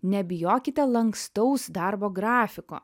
nebijokite lankstaus darbo grafiko